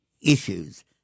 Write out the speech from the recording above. issues